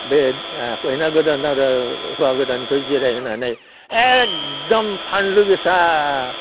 बे खयना गोदान आरो हुवा गोदानखौ जिराइहोनानै एखदम फानलु गोसा